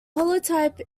holotype